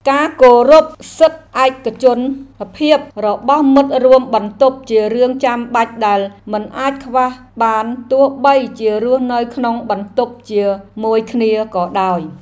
ការគោរពសិទ្ធិឯកជនភាពរបស់មិត្តរួមបន្ទប់ជារឿងចាំបាច់ដែលមិនអាចខ្វះបានទោះបីជារស់នៅក្នុងបន្ទប់ជាមួយគ្នាក៏ដោយ។